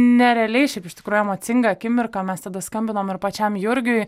nerealiai šiaip iš tikrųjų emocinga akimirka mes tada skambinom ir pačiam jurgiui